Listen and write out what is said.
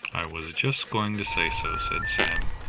i was just going to say so, said sam.